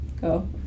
go